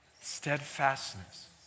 Steadfastness